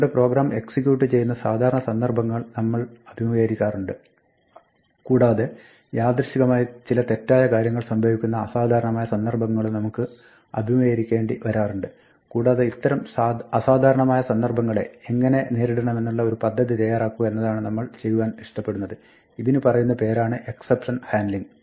നമ്മുടെ program execute ചെയ്യുന്ന സാധാരണ സന്ദർഭങ്ങൾ നമ്മൾ അഭിമുഖീകരിക്കാറുണ്ട് കൂടാതെ യാദൃശ്ചികമായി ചില തെറ്റായ കാര്യങ്ങൾ സംഭവിക്കുന്ന അസാധാരണമായ സന്ദർഭങ്ങളും നമുക്ക് അഭിമുഖീകരിക്കേണ്ടി വരാറുണ്ട് കൂടാതെ ഇത്തരം അസാധാരണമായ സന്ദർഭങ്ങളെ എങ്ങിനെ നേരിടണമെന്നുള്ള ഒരു പദ്ധതി തയ്യാറാക്കുക എന്നതാണ് നമ്മൾ ചെയ്യുവാൻ ഇഷ്ടപ്പെടുന്നത് ഇതിന് പറയുന്ന പേരാണ് എക്സപ്ഷൻ ഹാൻഡ്ലിംഗ്